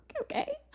Okay